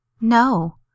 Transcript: No